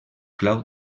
clau